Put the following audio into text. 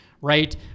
Right